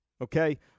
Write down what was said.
okay